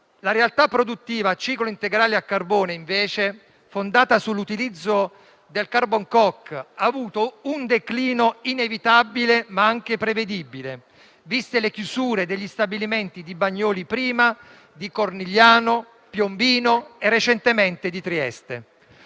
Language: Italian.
La realtà produttiva a ciclo integrale a carbone, invece, fondata sull'utilizzo del carbon coke, ha avuto un declino inevitabile, ma anche prevedibile, viste le chiusure degli stabilimenti di Bagnoli, prima, di Cornigliano, Piombino e recentemente di Trieste.